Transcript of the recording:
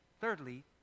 thirdly